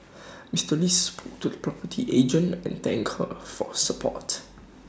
Mr lee spoke to A property agent and thank her for her support